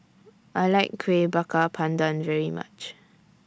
I like Kuih Bakar Pandan very much